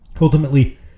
Ultimately